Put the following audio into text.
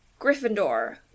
Gryffindor